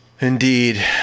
Indeed